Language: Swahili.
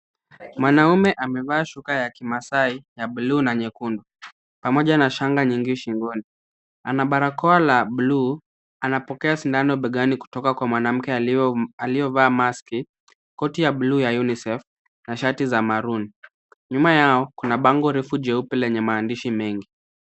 Mwanamume amevaa shuka ya kimaasai ya bluu na nyekundu pamoja na shanga nyingi shingoni. Ana barakoa la bluu, anapokea sindano begani kutoka kwa mwanamke aliyovaa maski , koti ya bluu ya UNICEF na shati za maroon . Nyuma yao kuna bango refu jeupe lenye maandishi mengi.